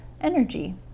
energy